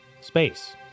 space